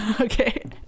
Okay